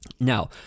Now